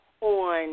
on